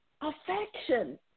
affection